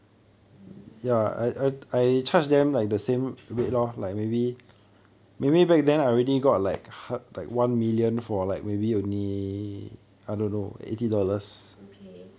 mm okay